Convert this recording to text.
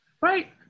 Right